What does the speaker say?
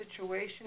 situation